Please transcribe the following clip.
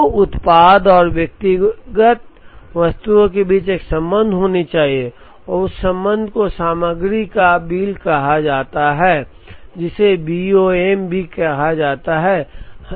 तो उत्पाद और व्यक्तिगत वस्तुओं के बीच एक संबंध होना चाहिए और उस संबंध को सामग्री का बिल कहा जाता है जिसे BOM भी कहा जाता है